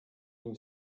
nim